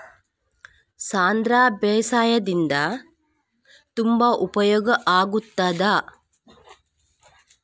ಸಾಂಧ್ರ ಬೇಸಾಯದಿಂದ ತುಂಬಾ ಉಪಯೋಗ ಆಗುತ್ತದಾ?